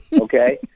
okay